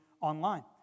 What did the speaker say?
online